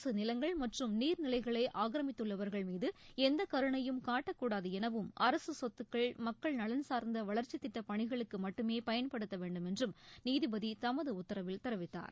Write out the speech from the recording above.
அரசு நிலங்கள் மற்றும் நீர்நிலைகளை ஆக்கிரமித்துள்ளவர்கள் மீது எந்த கருணையும் காட்டக்கூடாது எனவும் அரசு சொத்துக்கள் மக்கள் நலன் சார்ந்த வளர்ச்சித் திட்டப்பணிகளுக்கு மட்டுமே பயன்படுத்த வேண்டுமென்றும் நீதிபதி தமது உத்தரவில் தெரிவித்தார்